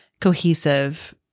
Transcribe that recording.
cohesive